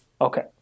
Okay